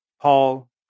Paul